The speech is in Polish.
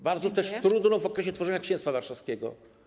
Bardzo też trudną w okresie tworzenia Księstwa Warszawskiego.